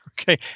Okay